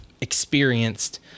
experienced